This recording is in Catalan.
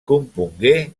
compongué